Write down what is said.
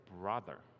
brother